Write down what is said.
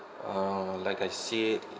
uh like I said